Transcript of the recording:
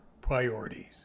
priorities